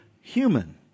human